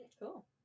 Cool